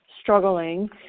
struggling